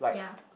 yeah